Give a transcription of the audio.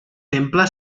temple